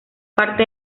parte